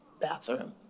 bathroom